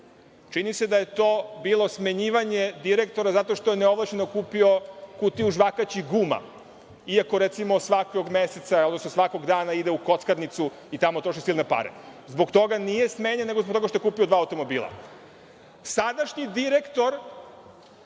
mi se da je to bilo smenjivanje direktora zato što je neovlašćeno kupio kutiju žvakaćih guma, iako, recimo, svakog meseca, odnosno svakog dana ide u kockarnicu i tamo troši silne pare. Zbog toga nije smenjen, nego zbog toga što je kupio dva automobila. Sadašnji direktor,